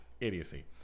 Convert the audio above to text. idiocy